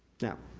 now,